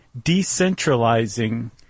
decentralizing